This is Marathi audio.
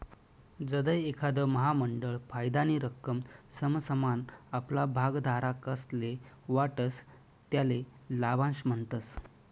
जधय एखांद महामंडळ फायदानी रक्कम समसमान आपला भागधारकस्ले वाटस त्याले लाभांश म्हणतस